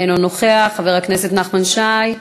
אינו נוכח, חבר הכנסת נחמן שי,